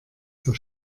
zur